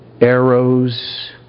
arrows